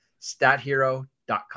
StatHero.com